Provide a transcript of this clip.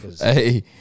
hey